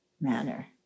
manner